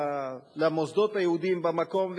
למוסדות היהודיים במקום,